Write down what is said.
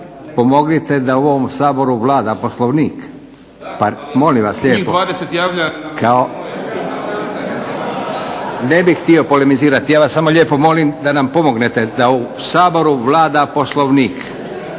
pomognite da u ovom Saboru vlada Poslovnik,